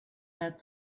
that